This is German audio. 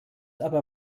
aber